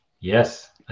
Yes